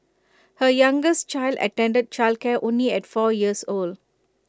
her youngest child attended childcare only at four years old